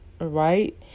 right